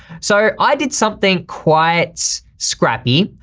so i did something quiet scrappy.